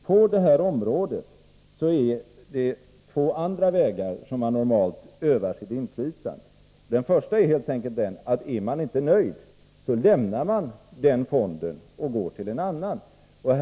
På detta område är det normalt på två andra vägar som man kan öva sitt inflytande. Den första vägen är helt enkelt att man lämnar fonden och går till en annan, om man inte är nöjd.